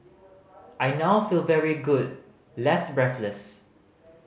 I now feel very good less breathless